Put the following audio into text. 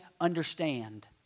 understand